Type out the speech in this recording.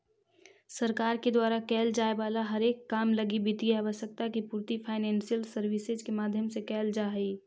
सरकार के द्वारा कैल जाए वाला हरेक काम लगी वित्तीय आवश्यकता के पूर्ति फाइनेंशियल सर्विसेज के माध्यम से कैल जा हई